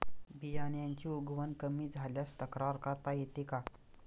बियाण्यांची उगवण कमी झाल्यास तक्रार करता येते का?